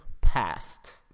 past